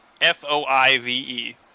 F-O-I-V-E